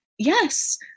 Yes